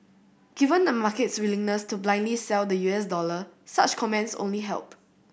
given the market's willingness to blindly sell the U S dollar such comments only help